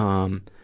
um,